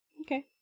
Okay